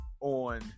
on